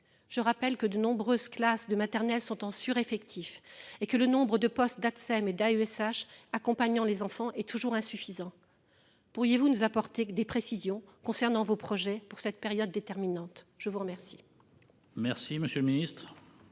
Je rappelle que de nombreuses classes de maternelle sont en sureffectif et que le nombre de postes d'Atsem et d'AESH accompagnants les enfants est toujours insuffisant. Pourriez-vous nous apporter des précisions concernant vos projets pour cette période déterminante. Je vous remercie. Merci, monsieur le Ministre.